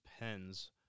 pens